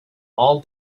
all